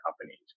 companies